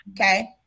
Okay